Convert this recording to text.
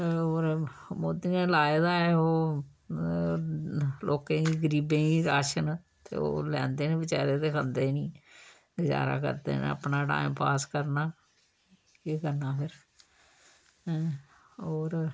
होर मोदी ने लाए दा ऐ ओह् लोकें गी गरीबें गी राशन ते ओह् लैंदे न बचैरे ते खंदे नी ते गजारा करदे न अपना टाइम पास करना केह् करना ऐं होर